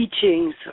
teachings